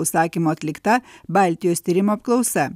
užsakymu atlikta baltijos tyrimų apklausa